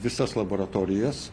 visas laboratorijas